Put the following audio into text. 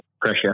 pressure